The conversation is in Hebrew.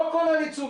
לא כולל עיצוב,